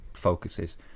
focuses